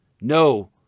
No